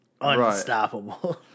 unstoppable